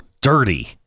dirty